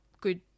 good